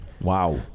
Wow